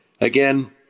Again